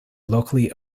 locally